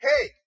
hey